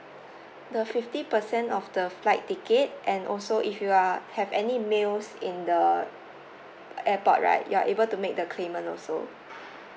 the fifty percent of the flight ticket and also if you are have any meals in the airport right you're able to make the claimant also